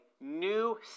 new